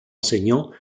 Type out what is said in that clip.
enseignant